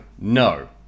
no